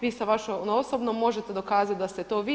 Vi sa vašom osobnom možete dokazati da ste to vi.